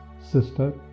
Sister